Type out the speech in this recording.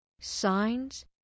Signs